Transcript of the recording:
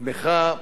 תמיכה